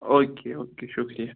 او کے okay شُکرِیہ